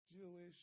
Jewish